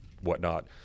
whatnot